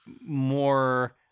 more